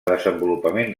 desenvolupament